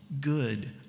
good